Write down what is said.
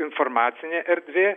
informacinė erdvė